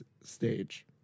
stage